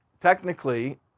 technically